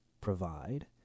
provide